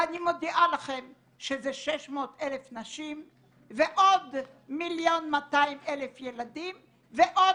ואני מודיעה לכן שזה 600,000 נשים ועוד 1.2 מיליון ילדים ועוד